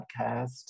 podcast